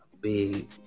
big